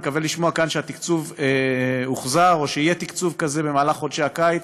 אני מקווה לשמוע כאן שהתקצוב הוחזר או שיהיה תקצוב כזה בחודשי הקיץ.